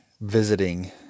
visiting